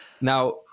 Now